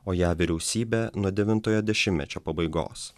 o jav vyriausybė nuo devintojo dešimtmečio pabaigos